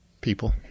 People